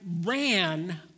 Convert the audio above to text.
ran